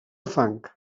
fang